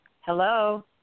Hello